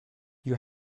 you